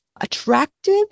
attractive